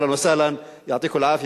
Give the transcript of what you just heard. אהלן וסהלן, יעטיכּם אל-עאפיה.